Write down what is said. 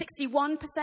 61%